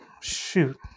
shoot